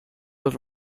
with